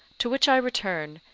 to which i return,